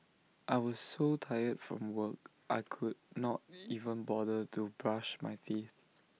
I was so tired from work I could not even bother to brush my teeth